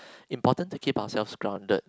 important to keep ourselves grounded